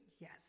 Yes